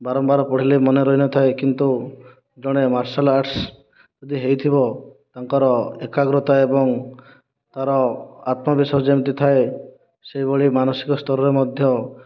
ବାରମ୍ବାର ପଢ଼ିଲେ ମନେ ରହିନଥାଏ କିନ୍ତୁ ଜଣେ ମାର୍ଶାଲ ଆର୍ଟସ୍ ଯଦି ହୋଇଥିବ ତାଙ୍କର ଏକାଗ୍ରତା ଏବଂ ତା'ର ଆତ୍ମବିସର୍ଜନଟି ଥାଏ ସେହିଭଳି ମାନସିକ ସ୍ଥରରେ ମଧ୍ୟ